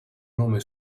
nome